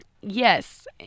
yes